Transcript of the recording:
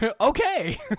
okay